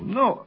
no